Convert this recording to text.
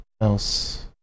else